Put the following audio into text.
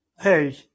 Hey